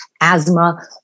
asthma